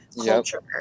culture